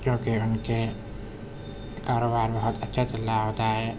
کیونکہ ان کے کاروبار بہت اچھا چل لہا ہوتا ہے